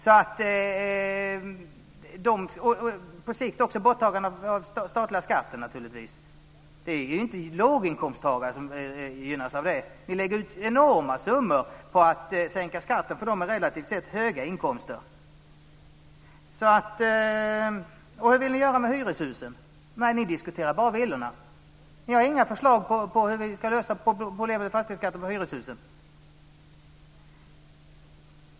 Det gäller naturligtvis även ett borttagande av den statliga skatten. Det är inte låginkomsttagare som gynnas av det. Ni lägger ut enorma summor på att sänka skatten för dem med relativt höga inkomster. Hur vill ni göra med hyreshusen? Ni diskuterar bara villorna. Ni har inga förslag hur vi ska lösa problemet med fastighetsskatten för hyreshusen.